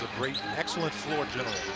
excellent floor general.